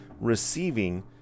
receiving